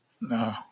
No